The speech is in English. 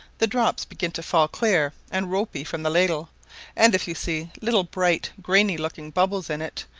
the drops begin to fall clear and ropy from the ladle and if you see little bright grainy-looking bubbles in it,